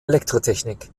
elektrotechnik